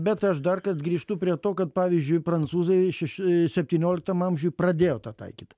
bet aš darkart grįžtu prie to kad pavyzdžiui prancūzai šeš septynioliktam amžiuj pradėjo tą taikyt